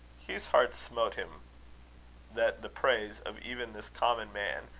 hugh's heart smote him that the praise of even this common man,